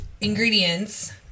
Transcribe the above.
ingredients